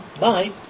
Bye